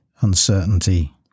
uncertainty